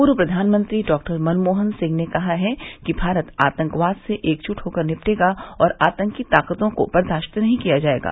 पूर्व प्रधानमंत्री डॉ मनमोहनसिंह ने कहा है कि भारत आतंकवाद से एकजुट होकर निपटेगा और आतंकी ताकतों को बर्दास्त नहीं किया जाएगा